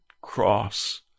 cross